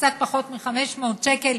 קצת פחות מ-500 שקל,